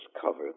cover